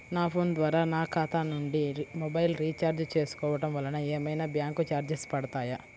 నా ఫోన్ ద్వారా నా ఖాతా నుండి మొబైల్ రీఛార్జ్ చేసుకోవటం వలన ఏమైనా బ్యాంకు చార్జెస్ పడతాయా?